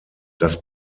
das